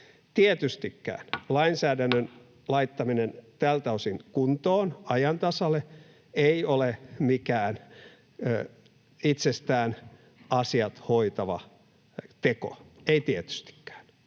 Tietystikään lainsäädännön laittaminen tältä osin kuntoon, ajan tasalle, ei ole mikään itsestään asiat hoitava teko, ei tietystikään,